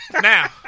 Now